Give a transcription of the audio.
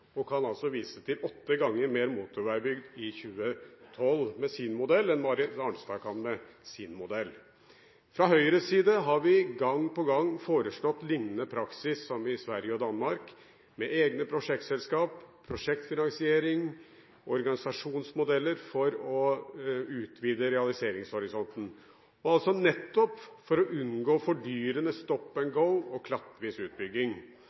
kan også vise til åtte ganger mer motorvei bygd i 2012 med sin modell enn hva Marit Arnstad kan med sin modell. Fra Høyres side har vi gang på gang foreslått liknende praksis som i Sverige og Danmark, med egne prosjektselskap, prosjektfinansiering og organisasjonsmodeller for å utvide realiseringshorisonten. Dette må til nettopp for å unngå «stop and go» og klattvis utbygging,